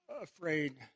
afraid